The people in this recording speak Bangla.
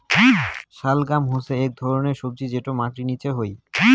শালগাম হসে আক ধরণের সবজি যটো মাটির নিচে হই